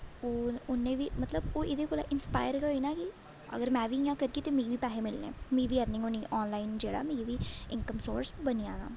ओह् उ'नें बी मतलब ओह् एह्दे कोला इंस्पायर गै होए ना अगर में बी इ'यां करगी ते मिगी बी पैहे मिलने मिगी बी अर्निंग होनी आनलाइन जेह्ड़ा ऐ मिगी बी जेह्ड़ा इनकम सोर्स बनी जाना